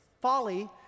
folly